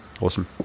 awesome